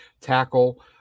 tackle